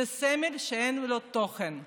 זהו סמל שאין לו תוכן";